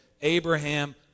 Abraham